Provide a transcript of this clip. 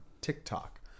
TikTok